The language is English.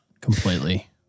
completely